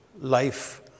life